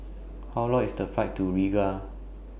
How Long IS The Flight to Riga